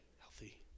Healthy